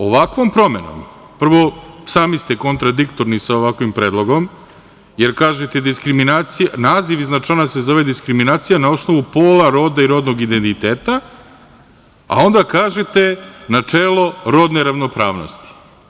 Ovakvom promenom, prvo, sami ste kontradiktorni sa ovakvim predlogom jer kažete – naziv iznad člana se zove – diskriminacija na osnovu pola, roda i rodnog identiteta, a onda kažete – načelo rodne ravnopravnosti.